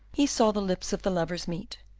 he saw the lips of the lovers meet,